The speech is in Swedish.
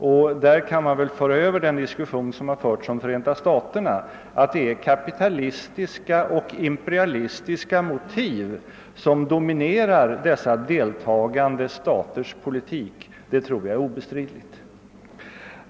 Man kan väl på denna fråga överföra det resonemang som förts beträffande Förenta staterna, nämligen att det är kapitalistiska och imperialistiska motiv som dominerar de deltagande staternas politik. Det tror jag är obestridligt.